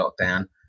lockdown